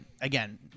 Again